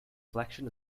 flexion